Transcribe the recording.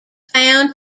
found